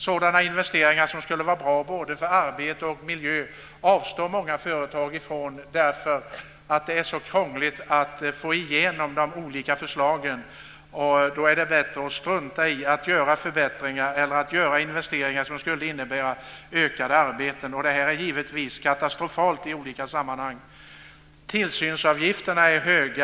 Sådana investeringar som skulle vara bra både för arbete och för miljö avstår många företag från därför att det är så krångligt att få igenom de olika förslagen. Då är det bättre att strunta i att göra förbättringar eller att göra investeringar som skulle innebära fler arbeten. Det här är givetvis katastrofalt. Tillsynsavgifterna är höga.